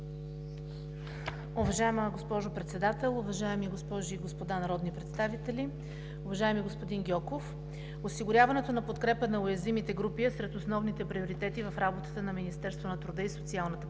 Уважаема госпожо Председател, уважаеми госпожи и господа народни представители! Уважаеми господин Гьоков, осигуряването на подкрепа на уязвимите групи е сред основните приоритети в работата на Министерството на труда и социалната политика.